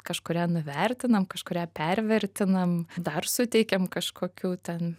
kažkurią nuvertinam kažkurią pervertinam dar suteikiam kažkokių ten